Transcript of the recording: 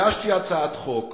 הגשתי הצעת חוק,